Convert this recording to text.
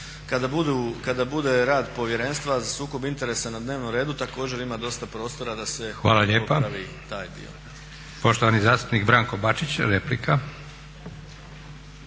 kada bude rad Povjerenstva za sukob interesa na dnevnom redu također ima dosta prostora da se popravi taj dio.